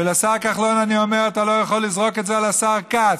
ולשר כחלון אני אומר: אתה לא יכול לזרוק את זה על השר כץ.